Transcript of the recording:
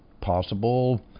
possible